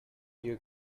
you